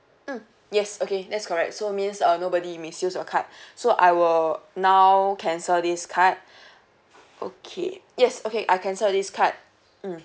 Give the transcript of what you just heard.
mm yes okay that's correct so means uh nobody misuse your card so I will now cancel this card okay yes okay I cancel this card mm